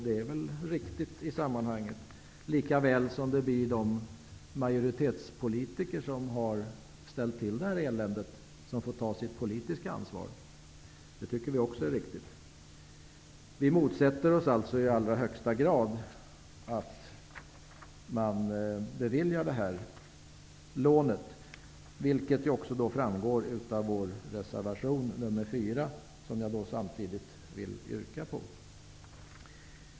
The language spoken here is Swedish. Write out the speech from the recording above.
Det är väl riktigt. Det blir också de majoritetspolitiker som har ställt till eländet som får ta sitt politiska ansvar. Det tycker vi också är riktigt. Vi motsätter oss alltså i allra högsta grad att man beviljar det här lånet. Det framgår också av vår reservation nr 4. Jag vill samtidigt yrka bifall till den.